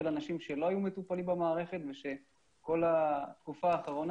אנשים שלא היו מטופלים במערכת ושכל התקופה האחרונה